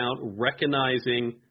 recognizing